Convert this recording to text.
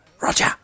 Roger